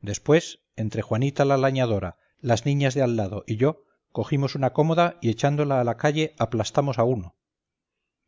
después entre juanita la lañadora las niñas de al lado y yo cogimos una cómoda y echándola a la calle aplastamos a uno